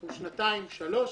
הוא לשנתיים-שלוש,